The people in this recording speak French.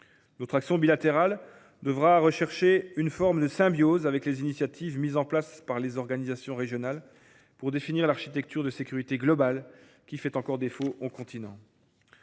Notre action bilatérale devra rechercher une forme de symbiose avec les initiatives entreprises par les organisations régionales, pour définir l’architecture de sécurité globale qui fait encore défaut au continent.